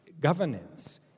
governance